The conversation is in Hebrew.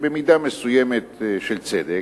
ובמידה מסוימת של צדק,